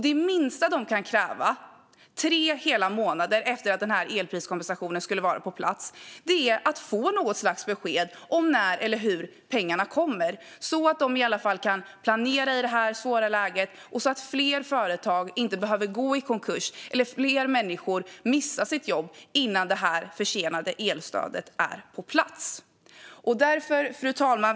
Det minsta de kan kräva, tre hela månader efter att elpriskompensationen skulle vara på plats, är att få något slags besked om när eller hur pengarna kommer så att de i alla fall kan planera i det här svåra läget, så att fler företag inte behöver gå i konkurs eller fler människor förlorar sina jobb innan det försenade elstödet är på plats. Fru talman!